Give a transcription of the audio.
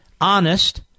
honest